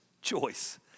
Choice